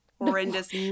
horrendous